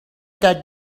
that